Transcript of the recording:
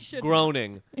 groaning